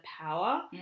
power